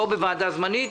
לא בוועדה זמנית,